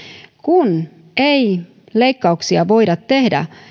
kun ei leikkauksia voida tehdä